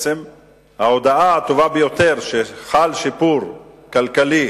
ההודעה הטובה ביותר היא שחל שיפור כלכלי